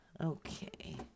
Okay